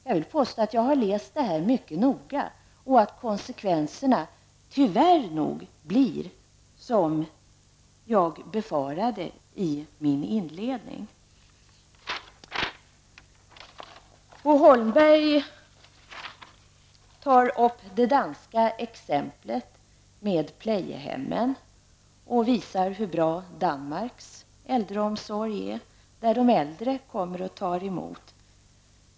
Jag vill påstå att jag har läst förslaget mycket noga och att konsekvenserna tyvärr nog blir de jag befarade i min inledning. Bo Holmberg tog upp det danska exemplet med plejehjemmen och visade hur bra Danmarks äldreomsorg är, där de äldre kommer och tar emot.